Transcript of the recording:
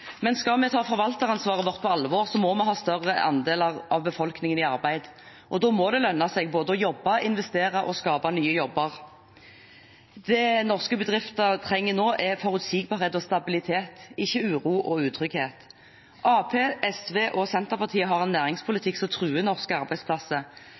Men dere må jo forholde dere til fakta. Da sier jeg at det kan være vanskelig å få fram i alle henseender fra denne talerstolen. Skal vi ta forvalteransvaret vårt på alvor, må vi ha en større andel av befolkningen i arbeid, og det må lønne seg både å jobbe, å investere og å skape nye jobber. Det norske bedrifter trenger nå,